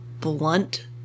blunt